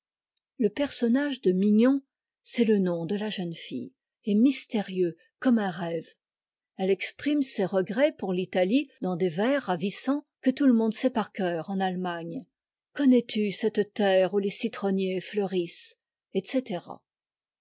le personnage de mignon c'est le nom de la jeune fille est mystérieux comme un rêve elle exprime ses regrets pour l'italie dans des vers ravissants que tout le monde sait par cœur en allemagne connais-tu cette terre où les citronniers fleurissent etc